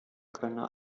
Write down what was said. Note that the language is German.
kölner